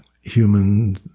human